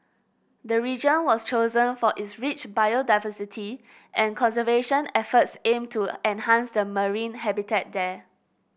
the region was chosen for its rich biodiversity and conservation efforts aim to enhance the marine habitat there